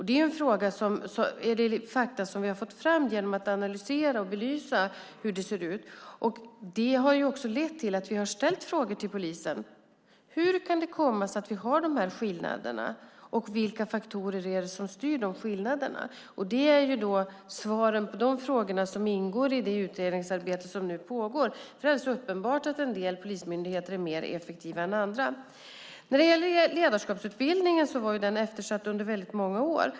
Det är fakta som vi har fått fram genom att analysera och belysa hur det ser ut. Det har också lett till att vi har ställt frågor till polisen. Hur kan det komma sig att dessa skillnader finns, och vilka faktorer är det som styr skillnaderna? Svaren på frågorna ingår i det utredningsarbete som nu pågår. Det är alldeles uppenbart att en del polismyndigheter är mer effektiva än andra. Ledarskapsutbildningen var eftersatt under många år.